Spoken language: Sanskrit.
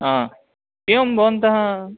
एवं भवन्तः